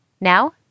Now